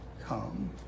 come